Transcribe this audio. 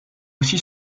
aussi